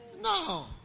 No